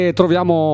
troviamo